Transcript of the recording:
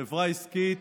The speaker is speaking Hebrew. חברה עסקית